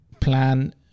plan